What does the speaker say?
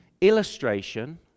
illustration